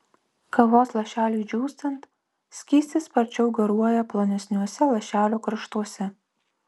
kavos lašeliui džiūstant skystis sparčiau garuoja plonesniuose lašelio kraštuose